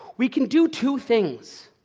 we can do two things.